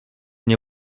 nie